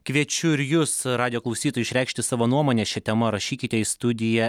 kviečiu ir jus radijo klausytojai išreikšti savo nuomonę šia tema rašykite į studiją